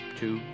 two